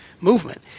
movement –